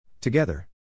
Together